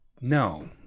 no